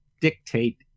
dictate